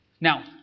Now